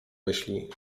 myśli